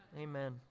Amen